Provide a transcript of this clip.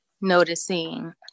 noticing